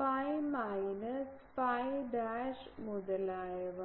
phi minus phi dash മുതലായവ